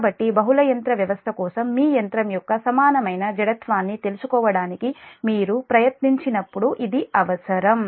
కాబట్టి బహుళ యంత్ర వ్యవస్థ కోసం మీ యంత్రం యొక్క సమానమైన జడత్వాన్ని తెలుసుకోవడానికి మీరు ప్రయత్నించినప్పుడు ఇది అవసరం